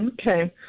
okay